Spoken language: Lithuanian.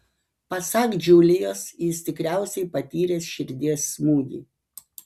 pasak džiulijos jis tikriausiai patyręs širdies smūgį